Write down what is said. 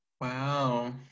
Wow